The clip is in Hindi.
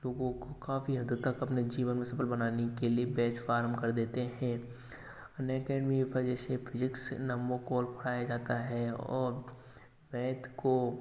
लोगों को काफी हद तक अपने जीवन में सफल बनाने के लिए बैच प्रारम्भ कर देते हैं अनएकैडमी पहले से फिजिक्स कॉल उठाया जाता है और रेट को